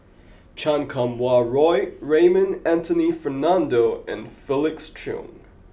Chan Kum Wah Roy Raymond Anthony Fernando and Felix Cheong